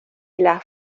las